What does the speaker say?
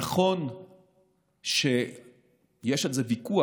נכון שיש על זה ויכוח.